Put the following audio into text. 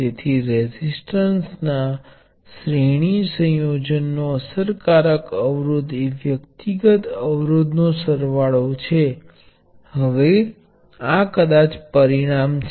તેથી જેમ સામાન્ય રીતે પ્રવાહ સ્રોતોના શ્રેણી જોડાણને સમાંતર જોડાણ ની મંજૂરી નથી